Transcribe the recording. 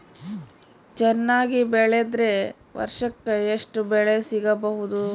ಚೆನ್ನಾಗಿ ಬೆಳೆದ್ರೆ ವರ್ಷಕ ಎಷ್ಟು ಬೆಳೆ ಸಿಗಬಹುದು?